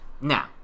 Now